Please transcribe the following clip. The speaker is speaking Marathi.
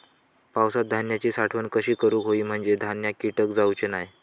पावसात धान्यांची साठवण कशी करूक होई म्हंजे धान्यात कीटक जाउचे नाय?